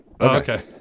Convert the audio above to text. Okay